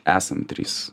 esam trys